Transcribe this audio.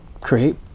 create